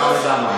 האוצר.